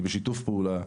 היא בשיתוף פעולה,